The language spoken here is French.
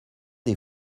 des